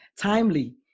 timely